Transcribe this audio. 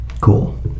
Cool